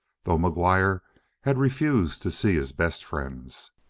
though mcguire had refused to see his best friends.